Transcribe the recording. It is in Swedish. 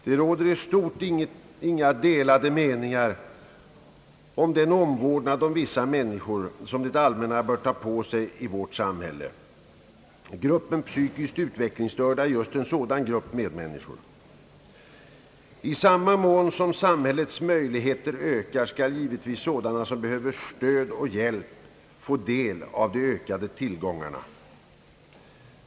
Det råder i stort sett inga delade meningar om den omvårdnad om vissa människor som det allmänna bör ta på sig i vårt samhälle. Gruppen psykiskt utvecklingsstörda är sådan grupp medmänniskor. I samma mån som samhällets möjligheter ökar skall givetvis sådana som behöver stöd och hjälp få del av de ökande tillgångarna.